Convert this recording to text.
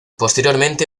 posteriormente